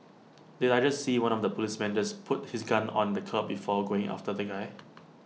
did I just see one of the policemen just put his gun on the curb before going after the guy